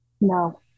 No